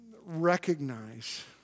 recognize